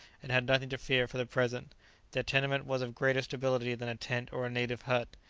and had nothing to fear for the present their tenement was of greater stability than a tent or a native hut.